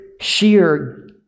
sheer